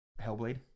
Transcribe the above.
Hellblade